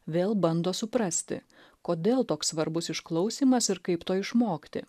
vėl bando suprasti kodėl toks svarbus išklausymas ir kaip to išmokti